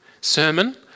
sermon